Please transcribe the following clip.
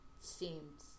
seems